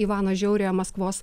ivano žiauriojo maskvos